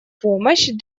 помощь